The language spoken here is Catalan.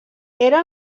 era